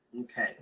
Okay